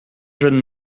jeunes